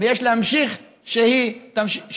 ועליה להמשיך להתקיים.